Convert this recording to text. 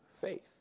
faith